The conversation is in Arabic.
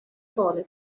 طالب